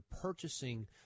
purchasing